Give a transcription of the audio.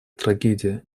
трагедия